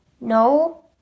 No